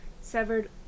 severed